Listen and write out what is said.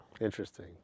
interesting